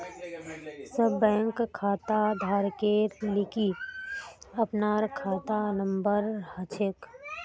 सब बैंक खाताधारकेर लिगी अपनार खाता नंबर हछेक